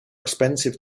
expensive